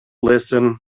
listen